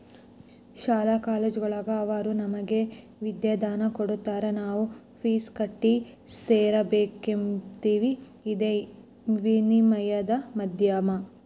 ಶಾಲಾ ಕಾಲೇಜುಗುಳಾಗ ಅವರು ನಮಗೆ ವಿದ್ಯಾದಾನ ಕೊಡತಾರ ನಾವು ಫೀಸ್ ಕಟ್ಟಿ ಸೇರಕಂಬ್ತೀವಿ ಇದೇ ವಿನಿಮಯದ ಮಾಧ್ಯಮ